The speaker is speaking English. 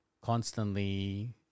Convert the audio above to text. constantly